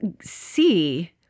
see